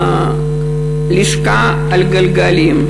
לשכה על גלגלים.